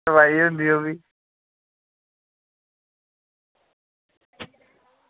दवाई होंदी ओह्बी